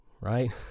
right